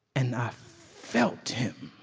and i felt him